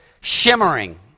shimmering